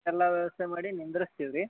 ಎಲ್ಲ ವ್ಯವಸ್ಥೆ ಮಾಡಿ ನಿಂದ್ರಸ್ತೀವಿ ರೀ